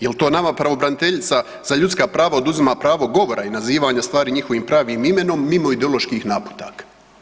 Jel to nama pravobraniteljica za ljudska prava oduzima pravo govora i nazivanja stvari njihovim pravim imenom mimo ideoloških naputaka?